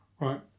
Right